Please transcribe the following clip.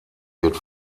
wird